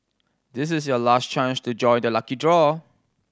this is your last chance to join the lucky draw